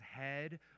head